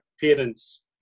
parents